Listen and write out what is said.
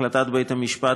החלטת בית-המשפט,